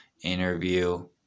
interview